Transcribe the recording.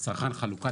צרכן חלוקה,